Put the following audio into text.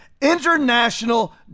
international